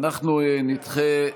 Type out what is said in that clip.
אנחנו נדחה,